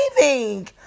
leaving